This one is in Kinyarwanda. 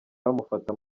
bamufata